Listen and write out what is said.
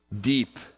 deep